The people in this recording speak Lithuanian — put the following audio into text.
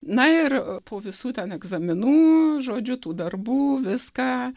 na ir po visų ten egzaminų žodžiu tų darbų viską